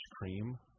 cream